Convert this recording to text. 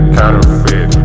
counterfeit